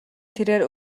тэрээр